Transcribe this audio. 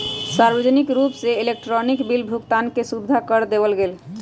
सार्वजनिक रूप से इलेक्ट्रॉनिक बिल भुगतान के सुविधा कर देवल गैले है